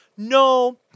No